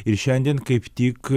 ir šiandien kaip tik